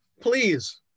please